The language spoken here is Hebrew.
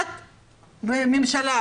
כשממשלה,